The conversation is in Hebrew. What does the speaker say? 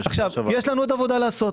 יש עוד עבודה לעשות.